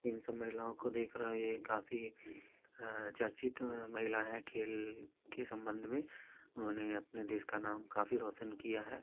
इन सब महिलाओं को देख रहा हूँ ये काफी चर्चित महिला हैं खेल के सम्बन्ध में उन्होंने अपने देश का नाम काफी रौशन किया है